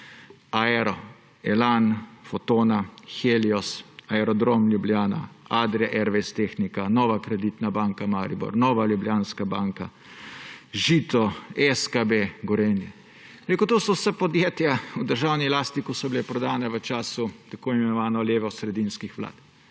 Aero, Elan, Fotona, Helios, Aerodrom Ljubljana, Adria Airways tehnika, Nova kreditna banka Maribor, Nova Ljubljanska banka, Žito, SKB, Gorenje − to so vsa podjetja v državni lasti, ki so bila prodana v času tako imenovanih levosredinskih vlad.